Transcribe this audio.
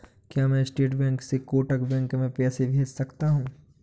क्या मैं State Bank से कोटक बैंक में पैसे भेज सकता हूँ?